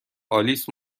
آلیس